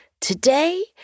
today